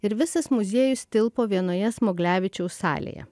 ir visas muziejus tilpo vienoje smuglevičiaus salėje